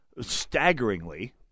staggeringly